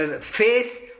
face